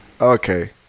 Okay